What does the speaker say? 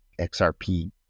XRP